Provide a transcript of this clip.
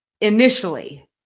initially